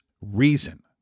reason